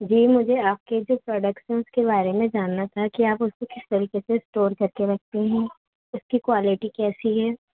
جی مجھے آپ کے جو پروڈکٹس ہیں اس کے بارے میں جاننا تھا کہ آپ اس کو کس طریقے سے اسٹور کر کے رکھتے ہیں اس کی کوالٹی کیسی ہے